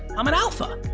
i'm an alpha.